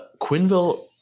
Quinville